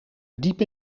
diep